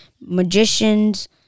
magicians